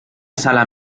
sala